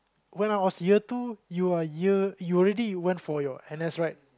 when I was year two you are year you already went for your N_S right